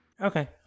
Okay